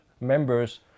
members